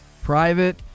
Private